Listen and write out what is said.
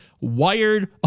wired